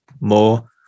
more